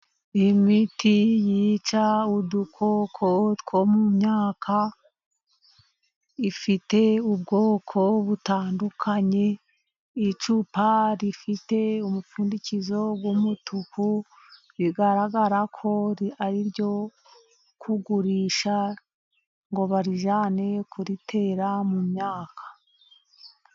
Imiti yica udukoko two mu myaka, ifite ubwoko butandukanye, icupa rifite umupfundikizo w'umutuku bigaragara ko ariryo kugurisha, ngo barijyane kuritera mu myaka.